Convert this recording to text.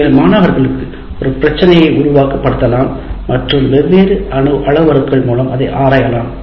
நீங்கள் மாணவர்களை ஒரு பிரச்சனை உருவகப்படுத்தலாம் மற்றும் வெவ்வேறு அளவுருக்கள் மூலம் அதை ஆராயலாம்